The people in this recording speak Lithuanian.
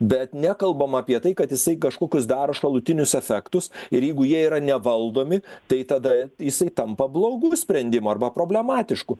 bet nekalbam apie tai kad jisai kažkokius daro šalutinius efektus ir jeigu jie yra nevaldomi tai tada jisai tampa blogu sprendimu arba problematišku